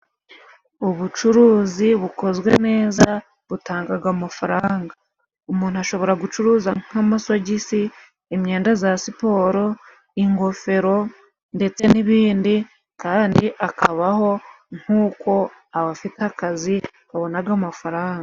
Ubucuruzi bukozwe neza butangaga amafaranga, umuntu ashobora gucuruza nk'amasogisi, imyenda za siporo, ingofero ndetse n'ibindi kandi akabaho nk'uko abafite akazi babonaga amafaranga.